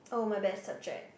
oh my best subject